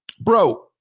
bro